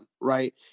Right